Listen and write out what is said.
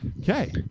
Okay